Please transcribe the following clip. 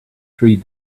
three